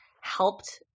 helped